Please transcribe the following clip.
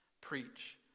Preach